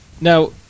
Now